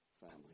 family